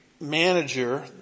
manager